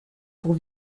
pour